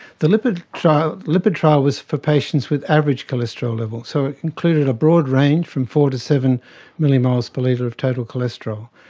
the lipid trial lipid trial was for patients with average cholesterol levels. so it included a broad range from four to seven millimoles per litre of total cholesterol,